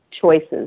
choices